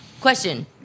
Question